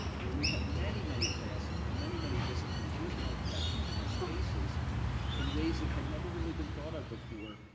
where we have many, many classes from many, many disciplines, using our collections and our spaces in ways that had never really been thought of before.